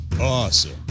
awesome